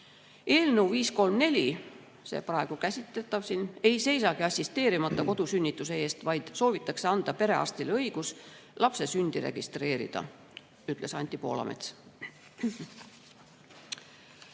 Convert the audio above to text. Eelnõu 534, see praegu käsitletav siin, ei seisagi assisteerimata kodusünnituse eest, vaid soovitakse anda perearstile õigus lapse sündi registreerida. Nii ütles Anti Poolamets.